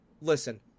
Listen